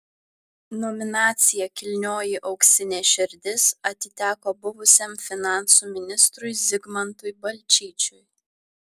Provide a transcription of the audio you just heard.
nominacija kilnioji auksinė širdis atiteko buvusiam finansų ministrui zigmantui balčyčiui